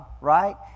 right